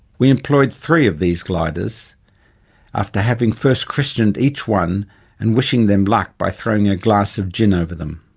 we employed three of these gliders after having first christened each one and wishing them luck by throwing a glass of gin over them.